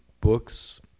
books